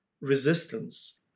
resistance